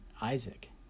Isaac